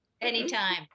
Anytime